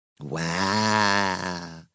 Wow